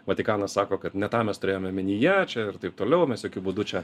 vatikanas sako kad ne tą mes turėjome omenyje čia ir taip toliau mes jokiu būdu čia